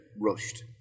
rushed